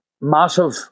massive